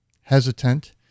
hesitant